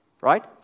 right